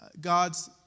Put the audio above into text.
God's